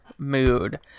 mood